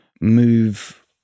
move